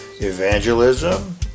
evangelism